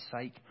sake